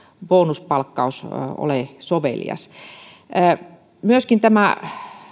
bonuspalkkaus ole sovelias tämä